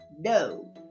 No